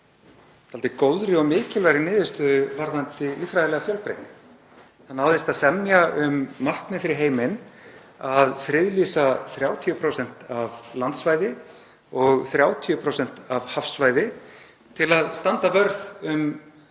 dálítið góðri og mikilvægri niðurstöðu, varðandi líffræðilega fjölbreytni. Það náðist að semja um markmið fyrir heiminn, að friðlýsa 30% af landsvæði og 30% af hafsvæði til að standa vörð um